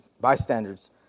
bystanders